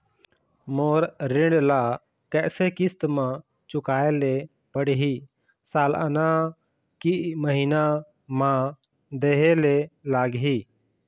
मोर ऋण ला कैसे किस्त म चुकाए ले पढ़िही, सालाना की महीना मा देहे ले लागही?